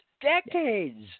decades